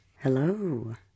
Hello